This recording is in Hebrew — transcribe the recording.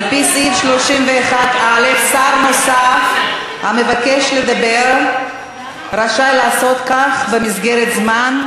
על-פי סעיף 31(א) שר נוסף המבקש לדבר רשאי לעשות כך במסגרת זמן,